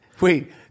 Wait